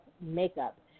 makeup